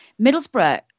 Middlesbrough